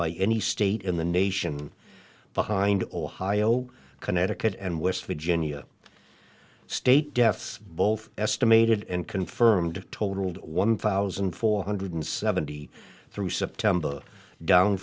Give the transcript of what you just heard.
by any state in the nation behind ohio connecticut and west virginia state deaths both estimated and confirmed totaled one thousand four hundred seventy through september down